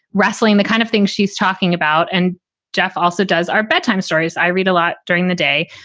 wrestling, the kind of thing she's talking about. and jeff also does our bedtime stories. i read a lot during the day,